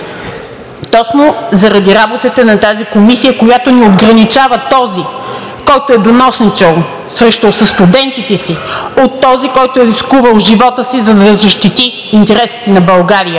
точно заради работата на тази комисия, която не отграничава този, който е доносничил срещу състудентите си, от този, който е рискувал живота си, за да защити интересите на България.